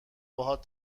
باهات